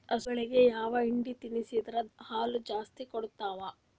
ಹಸುಗಳಿಗೆ ಯಾವ ಹಿಂಡಿ ತಿನ್ಸಿದರ ಹಾಲು ಜಾಸ್ತಿ ಕೊಡತಾವಾ?